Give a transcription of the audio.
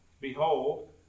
behold